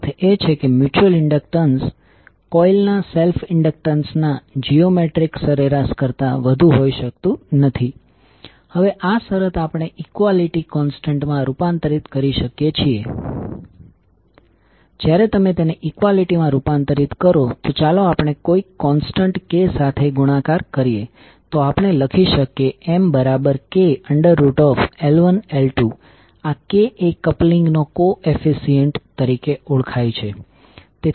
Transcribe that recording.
હવે જોકે mutual inductance M હંમેશા પોઝિટિવ કોંટિટિ છે વોલ્ટેજ જે મ્યુચ્યુઅલ વોલ્ટેજ Mdidt તરીકે રજૂ થાય છે તે કદાચ નેગેટિવ અથવા પોઝિટિવ હોઈ શકે છે